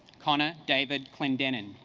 connor david clendenon